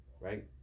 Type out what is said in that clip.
Right